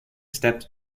steps